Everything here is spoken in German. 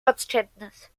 ortskenntnis